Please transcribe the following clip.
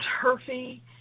turfy